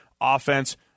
offense